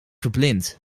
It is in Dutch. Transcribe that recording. verblind